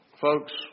folks